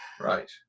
Right